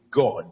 God